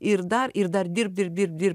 ir dar ir dar dirbt dirbt dirbt dir